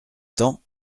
temps